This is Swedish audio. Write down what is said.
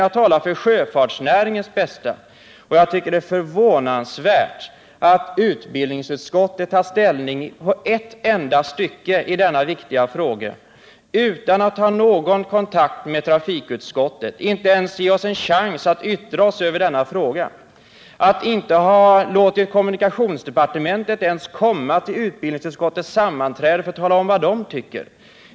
Jag talar alltså för sjöfartsnäringens bästa, och jag tycker att det är förvånansvärt att utbildningsutskottet i ett enda stycke i betänkandet tar ställning i denna viktiga fråga utan att ha haft någon kontakt med trafikutskottet, utan att ens ha gett oss i trafikutskottet en chans att yttra oss i frågan. Utbildningsutskottet har inte ens låtit företrädare för kommunikationsdepartementet komma till utskottets sammanträde för att tala om vad departementet anser.